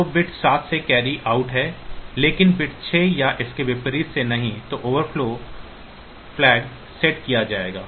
तो बिट 7 से carry out है लेकिन बिट 6 या इसके विपरीत से नहीं तो ओवरफ्लो झंडा सेट किया जाएगा